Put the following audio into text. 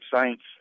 Saints